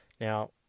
Now